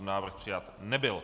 Návrh přijat nebyl.